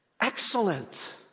excellent